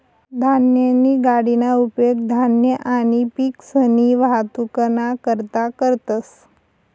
धान्यनी गाडीना उपेग धान्य आणि पिकसनी वाहतुकना करता करतंस